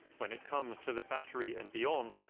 when it comes to the battery and beyond,